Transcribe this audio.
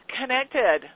connected